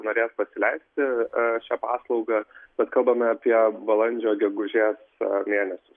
norės pasileisti šią paslaugą bet kalbame apie balandžio gegužės mėnesį